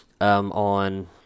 on